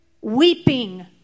weeping